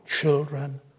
children